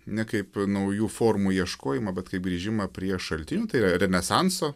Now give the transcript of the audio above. ne kaip naujų formų ieškojimą bet kaip grįžimą prie šaltinių tai yra renesanso